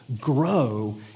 grow